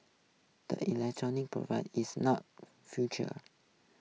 the electronic provide is not future